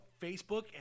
Facebook